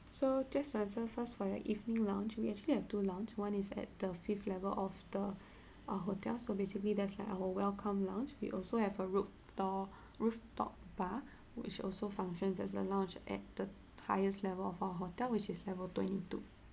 so just to answer first for your evening lounge we actually have two lounge one is at the fifth level of the uh hotel so basically that's like our welcome lounge we also have a rooftop rooftop bar which also functions as a lounge at the highest level of our hotel which is level twenty two